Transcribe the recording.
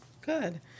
Good